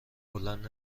بلند